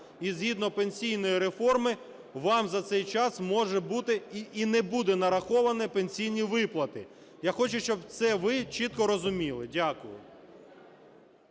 І згідно пенсійної реформи вам за цей час, може бути, і не будуть нараховані пенсійні виплати. Я хочу, щоб це ви чітко розуміли. Дякую.